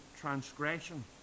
transgression